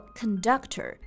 conductor，